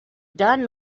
done